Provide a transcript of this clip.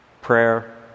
prayer